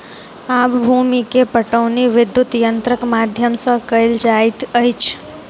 आब भूमि के पाटौनी विद्युत यंत्रक माध्यम सॅ कएल जाइत अछि